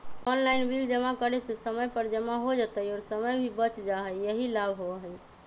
Online bill जमा करे से समय पर जमा हो जतई और समय भी बच जाहई यही लाभ होहई?